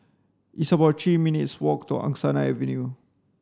it's about three minutes' walk to Angsana Avenue